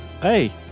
Hey